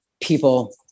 people